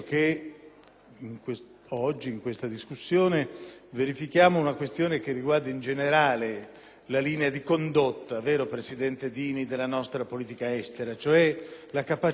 che in questa discussione verifichiamo una questione che riguarda in generale la linea di condotta - vero, presidente Dini? - della nostra politica estera, cioè la capacità